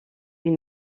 une